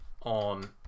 on